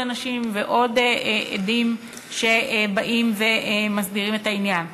אנשים ועוד עדים שבאים ומסדירים את העניין.